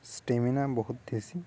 stamina ବହୁତ ହେଶୀ